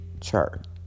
chart